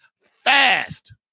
Fast